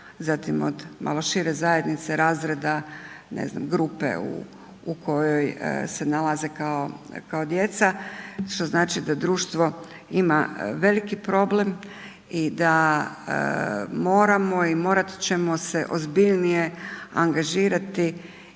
zatim od, malo šire zajednice, razreda, grupe u kojoj se nalazi kao djeca, što znači da društvo ima veliki problem i da moramo i morati ćemo se ozbiljnije angažirati